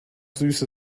süße